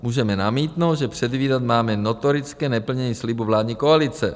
Můžeme namítnout, že předvídat máme notorické neplnění slibů vládní koalice.